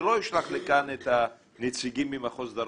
שלא ישלח לכאן את הנציגים ממחוז דרום,